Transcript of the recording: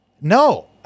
No